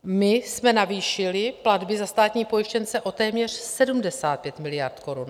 My jsme navýšili platby za státní pojištěnce o téměř 75 miliard korun.